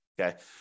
Okay